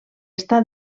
està